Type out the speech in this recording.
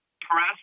press